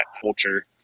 culture